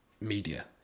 media